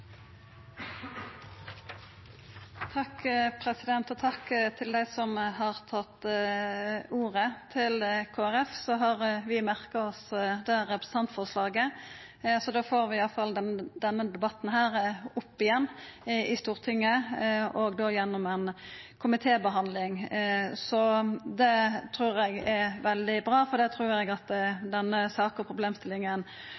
Takk til dei som har tatt ordet. Til Kristeleg Folkeparti: Vi har merka oss representantforslaget, så da får vi iallfall denne debatten opp igjen i Stortinget òg gjennom ei komitébehandling. Det trur eg er veldig bra, for det trur eg at